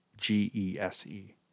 G-E-S-E